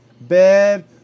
bed